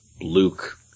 Luke